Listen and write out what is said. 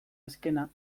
azkena